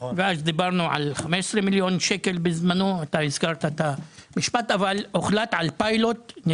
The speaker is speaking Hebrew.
אז דברנו על 15 מיליון שקלים אבל הוחלט על פיילוט של